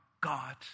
God